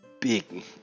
big